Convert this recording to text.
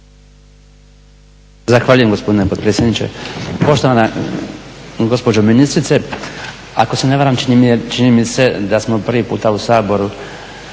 Zahvaljujem gospodine potpredsjedniče. Poštovana gospođo ministrice, ako se ne varam čini mi se da smo prvi puta u Saboru